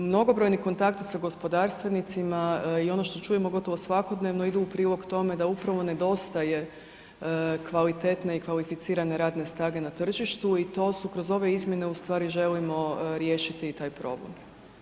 Mnogobrojni kontakti sa gospodarstvenicima i ono što čujemo gotovo svakodnevno ide u prilog tome da upravo nedostaje kvalitetne i kvalificirane radne snage na tržištu i to su kroz ove izmjene ustvari želimo riješiti i taj problem.